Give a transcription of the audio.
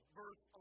verse